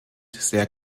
sehr